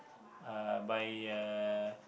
uh by uh